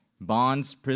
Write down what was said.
Bonds